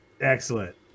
Excellent